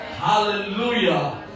Hallelujah